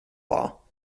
law